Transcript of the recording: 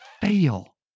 fail